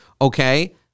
Okay